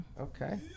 Okay